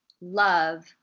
love